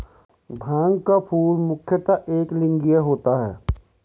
भांग का फूल मुख्यतः एकलिंगीय होता है